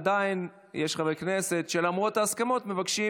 עדיין יש חברי כנסת שלמרות ההסכמות מבקשים